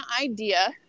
idea